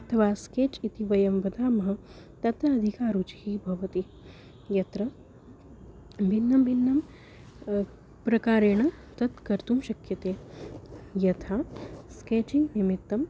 अथवा स्केच् इति वयं वदामः तत्र अधिका रुचिः भवति यत्र भिन्नं भिन्नं प्रकारेण तत् कर्तुं शक्यते यथा स्केचिङ्ग् निमित्तम्